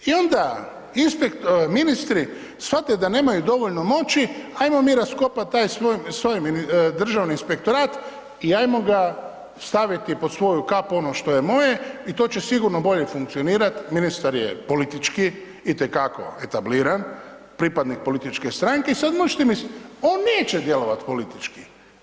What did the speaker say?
I onda ministri, shvate da nemaju dovoljno moći, ajmo mi raskopati taj … Državni inspektorat i ajmo ga staviti pod svoju kapu, ono što je moje i to će sigurno bolje funkcionirati, ministar je politički, itekako etabliran pripadnik političke stranke i sada možete misliti, on neće djelovati politički.